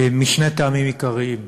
משני טעמים עיקריים.